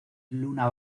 luna